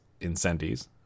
Incendies